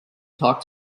talk